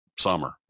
summer